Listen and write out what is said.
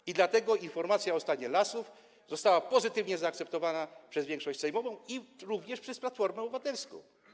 I dlatego informacja o stanie lasów została zaakceptowana przez większość sejmową, również przez Platformę Obywatelską.